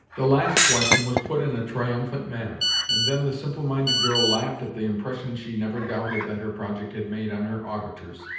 the last question was put in a triumphant manner, and then the simple-minded girl laughed at the impression she never doubted that her project had made on her auditors.